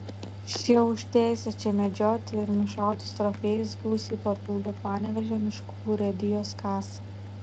šie už teisę čia medžioti ir nušautus trofėjus gausiai papildo panevėžio miškų urėdijos kasą